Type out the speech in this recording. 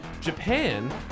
Japan